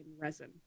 resin